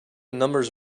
numbers